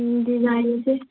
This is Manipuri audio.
ꯎꯝ ꯗꯤꯖꯥꯏꯟꯁꯦ